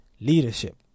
Leadership